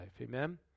Amen